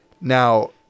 Now